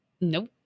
Nope